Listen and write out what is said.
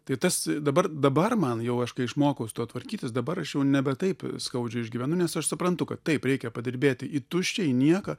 tai tas dabar dabar man jau aš kai išmokau su tuo tvarkytis dabar aš jau nebe taip skaudžiai išgyvenu nes aš suprantu kad taip reikia padirbėti į tuščią į nieką